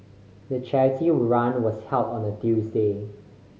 the charity run was held on a Tuesday